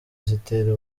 zitera